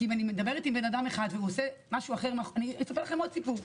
כי אם אני מדברת עם אדם אחד ומה הוא עושה --- אני אספר לכם עוד סיפור.